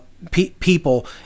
people